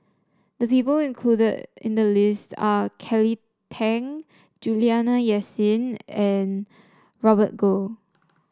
the people included in the list are Kelly Tang Juliana Yasin and Robert Goh